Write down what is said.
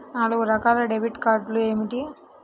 నాలుగు రకాల డెబిట్ కార్డులు ఏమిటి?